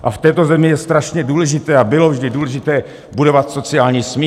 A v této zemi je strašně důležité a bylo vždy důležité budovat sociální smír.